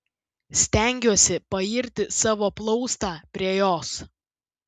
stengiuosi pairti savo plaustą prie jos